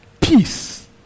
peace